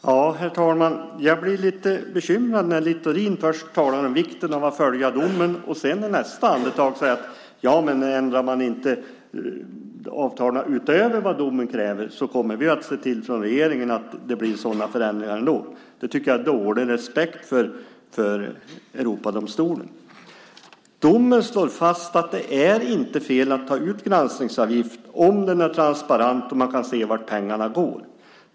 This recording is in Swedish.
Herr talman! Jag blir lite bekymrad när Littorin först talar om vikten av att följa domen, och sedan i nästa andetag säger att om man inte ändrar avtalen utöver vad domen kräver kommer regeringen att se till det blir sådana förändringar ändå. Jag tycker att det är att visa dålig respekt för Europadomstolen. Domen slår fast att det inte är fel att ta ut granskningsavgift om den är transparent och om man kan se vart pengarna går.